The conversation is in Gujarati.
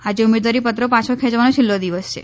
આજે ઉમેદવારીપત્રો પાછા ખેંચવાનો છેલ્લો દિવસ છે